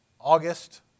August